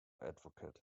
advocate